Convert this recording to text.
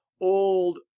old